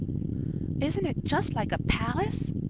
isn't it just like a palace?